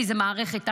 כי זאת מערכת אחרת,